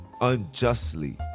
unjustly